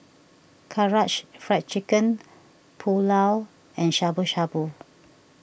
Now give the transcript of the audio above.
Karaage Fried Chicken Pulao and Shabu Shabu